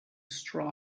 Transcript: straw